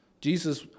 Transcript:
Jesus